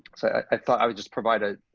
so i thought i would just provide a,